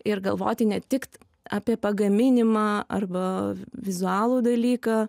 ir galvoti ne tik apie pagaminimą arba vizualų dalyką